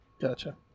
Gotcha